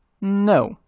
No